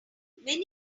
many